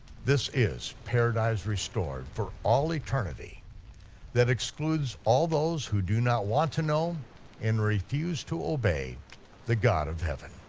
this is paradise restored for all eternity that excludes all those who do not want to know and refuse to obey the god of heaven.